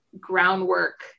groundwork